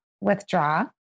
withdraw